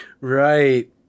Right